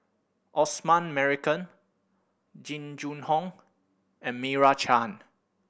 Osman Merican Jing Jun Hong and Meira Chand